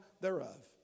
thereof